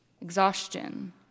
exhaustion